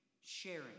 sharing